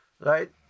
Right